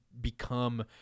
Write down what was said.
become